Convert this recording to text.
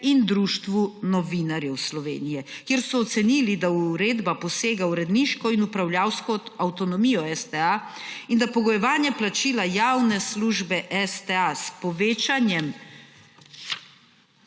in društvu novinarjev Slovenije, kjer so ocenili, da uredba posega v uredniško in upravljavsko avtonomijo STA in da pogojevanje plačila javne službe STA s povečanjem